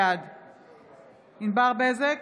בעד ענבר בזק,